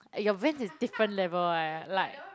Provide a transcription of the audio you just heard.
your Vans is different level [what] like